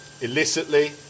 illicitly